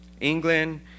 England